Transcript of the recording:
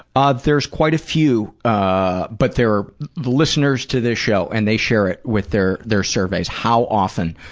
ah there's quite a few, ah, but they're, the listeners to this show. and they share it with their, their surveys, how often.